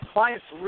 clients